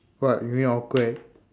what you mean awkward